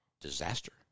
disaster